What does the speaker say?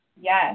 Yes